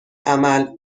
عمل